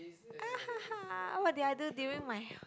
ah ha ha what do I do during my